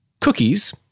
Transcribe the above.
cookies